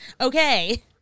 Okay